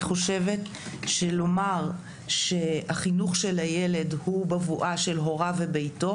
אני חושבת שלומר שהחינוך של הילד הוא בבואה של הילד בביתו,